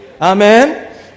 Amen